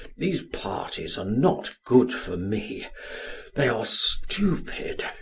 these parties are not good for me they are stupid.